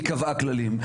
היא קבעה כללים,